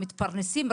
מתפרנסים,